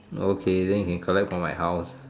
okay then you can collect from my house